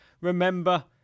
Remember